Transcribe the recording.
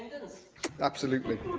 absolutely.